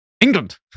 England